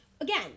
Again